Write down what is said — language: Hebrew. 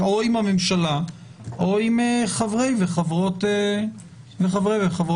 או עם הממשלה או עם חברי וחברות הכנסת.